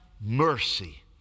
mercy